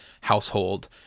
household